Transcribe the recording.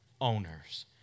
owners